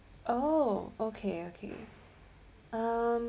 oh okay okay um